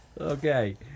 okay